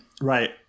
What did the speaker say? right